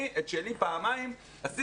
אני את שלי פעמיים עשיתי.